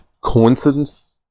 coincidence